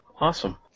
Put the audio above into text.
awesome